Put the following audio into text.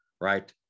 right